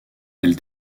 elle